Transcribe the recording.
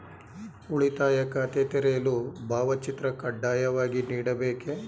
ಉಳಿತಾಯ ಖಾತೆ ತೆರೆಯಲು ಭಾವಚಿತ್ರ ಕಡ್ಡಾಯವಾಗಿ ನೀಡಬೇಕೇ?